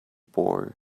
boy